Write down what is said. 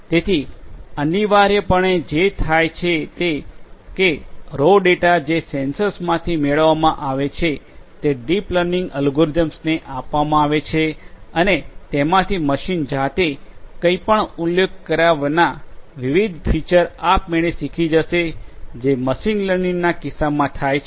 તેથી અનિવાર્યપણે જે થાય છે તે એ છે કે રો ડેટા જે સેન્સર્સમાંથી મેળવવામાં આવે છે તે ડીપ લર્નિંગ અલ્ગોરિધમ્સને આપવામાં આવે છે અને તેમાંથી મશીન જાતે કઈ પણ ઉલ્લેખ કર્યા વિના વિવિધ ફીચર આપમેળે શીખી જશે જે મશીન લર્નિંગના કિસ્સામાં થાય છે